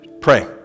pray